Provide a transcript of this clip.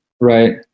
right